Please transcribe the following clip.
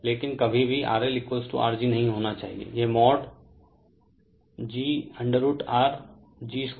लेकिन कभी भी RL Rg नहीं होना चाहिए यह mod g√R g 2 xg 2RL होगा